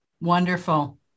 Wonderful